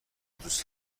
دوست